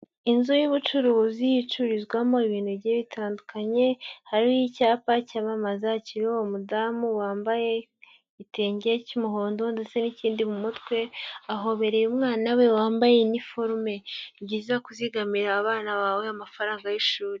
Inzu y'ubucuruzi icururizwamo ibintu bigiye bitandukanye, hari icyapa cyamamaza, kiriho umudamu wambaye igitenge cy'umuhondo ndetse n'ikindi mu mutwe, ahobeye umwana we wambaye iniforume. Ni byiza kuzigamira abana bawe amafaranga y'ishuri.